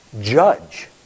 judge